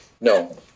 No